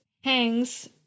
hangs